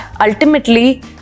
ultimately